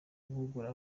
guhugura